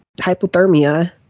hypothermia